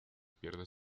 pierde